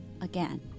again